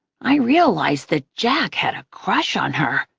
i realized that jack had a crush on her.